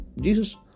Jesus